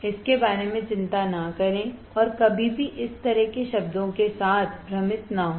इसके बारे में चिंता न करें और कभी भी इस तरह के शब्दों के साथ भ्रमित न हों